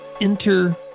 Enter